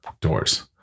Doors